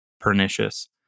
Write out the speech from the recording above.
pernicious